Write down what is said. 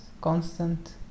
constant